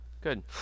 Good